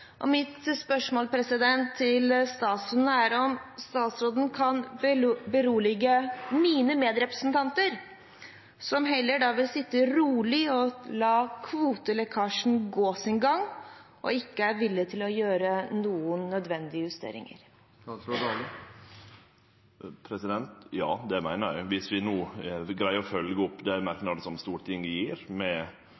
fylkesgrenser. Mitt spørsmål til statsråden er om han kan berolige mine medrepresentanter som heller vil sitte rolig og la kvotelekkasjen gå sin gang, og ikke er villige til å gjøre noen nødvendige justeringer? Ja, det meiner eg – viss vi no greier å følgje opp